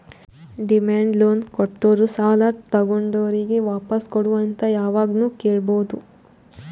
demand loan ಕೊಟ್ಟೋರು ಸಾಲ ತಗೊಂಡೋರಿಗ್ ವಾಪಾಸ್ ಕೊಡು ಅಂತ್ ಯಾವಾಗ್ನು ಕೇಳ್ಬಹುದ್